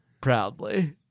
proudly